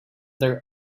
their